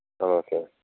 ஆமாம் சார்